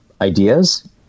Ideas